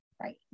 right